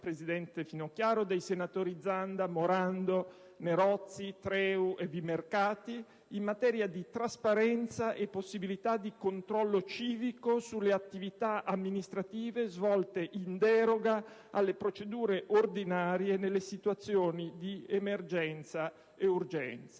presidente Finocchiaro e dei senatori Zanda, Morando, Nerozzi, Treu e Vimercati, in materia di trasparenza e possibilità di controllo amministrativo e civico sulle attività amministrative svolte in deroga alle procedure ordinarie, nelle situazioni di emergenza o di urgenza.